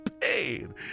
pain